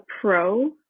pro